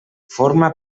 forma